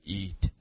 eat